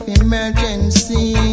emergency